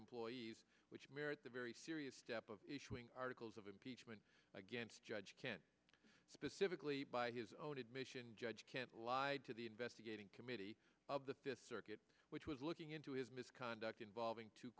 employees which merit the very serious step of issuing articles of impeachment against judge can specifically by his own admission judge can't lied to the investigating committee of the fifth circuit which was looking into his misconduct involving t